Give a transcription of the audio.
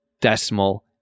decimal